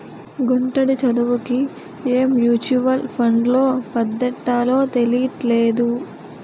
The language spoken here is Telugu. గుంటడి చదువుకి ఏ మ్యూచువల్ ఫండ్లో పద్దెట్టాలో తెలీట్లేదు